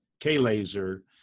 K-laser